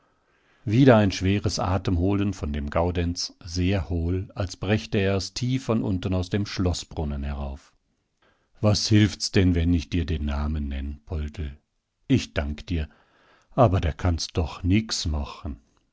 wieder ein schweres atemholen von dem gaudenz sehr hohl als brächte er es tief von unten aus dem schloßbrunnen herauf was hilft's denn wenn ich dir den namen nenn poldl i dank dir aber da kannst doch nix machen